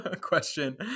question